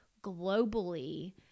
globally